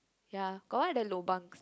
ya got what other lobangs